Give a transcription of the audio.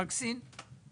רק מסין?